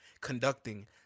conducting